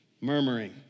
murmuring